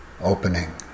opening